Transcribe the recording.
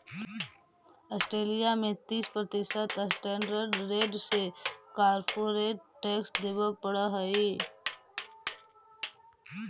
Australia में तीस प्रतिशत स्टैंडर्ड रेट से कॉरपोरेट टैक्स देवे पड़ऽ हई